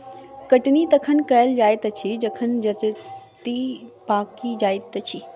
कटनी तखन कयल जाइत अछि जखन जजति पाकि जाइत अछि